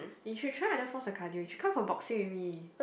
you should try other forms of cardio you should come for boxing with me